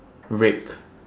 rake